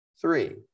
Three